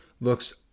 looks